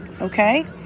Okay